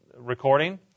recording